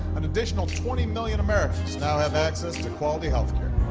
an additional twenty million americans now have access to quality health care.